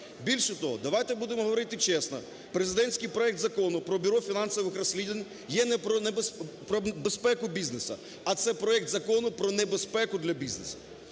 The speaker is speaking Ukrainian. Більше того, давайте будемо говорити чесно: президентський проект Закону про бюро фінансових розслідувань є не про безпеку бізнесу, а це проект закону про небезпеку для бізнесу.